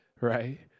right